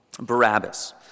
Barabbas